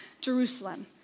Jerusalem